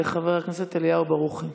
חבר הכנסת אליהו ברוכי.